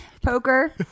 Poker